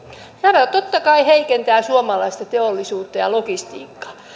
tämä totta kai heikentää suomalaista teollisuutta ja logistiikkaa